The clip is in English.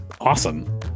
awesome